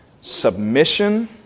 submission